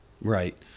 Right